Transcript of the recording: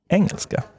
engelska